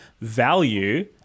value